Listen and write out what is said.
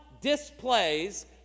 displays